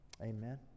Amen